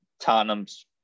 Tottenham's